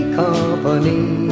company